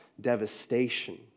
devastation